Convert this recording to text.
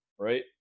Right